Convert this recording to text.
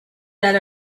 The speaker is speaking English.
that